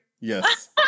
Yes